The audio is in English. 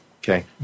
Okay